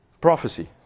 prophecy